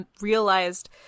realized